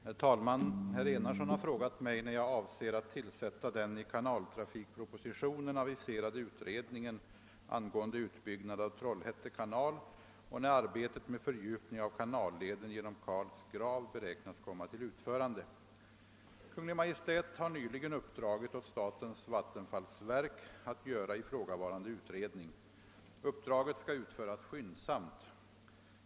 Herr talman! Herr Enarsson har frågat mig när jag avser att tillsätta den i kanaltrafikpropositionen aviserade utredningen angående utbyggnad av Trollhätte kanal och när arbetet med fördjupning av kanalleden genom Karls grav beräknas komma till utförande. Kungl. Maj:t har nyligen uppdragit åt statens vattenfallsverk att göra ifrågavarande utredning. Uppdraget skall utföras skyndsamt.